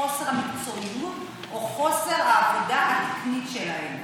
חוסר המקצועיות או חוסר העבודה התקנית שלהם.